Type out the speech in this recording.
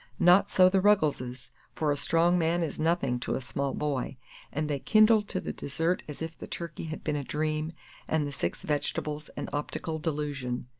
not so the ruggleses for a strong man is nothing to a small boy and they kindled to the dessert as if the turkey had been a dream and the six vegetables an optical delusion.